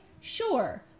sure